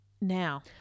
Now